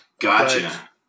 Gotcha